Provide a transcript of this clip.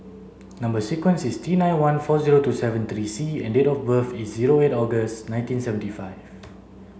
number sequence is T nine one four zero two seven three C and date of birth is zero eight August nineteen seventy five